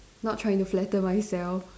not trying to flatter myself